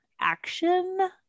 action